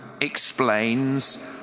explains